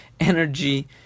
energy